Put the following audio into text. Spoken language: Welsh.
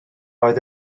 oedd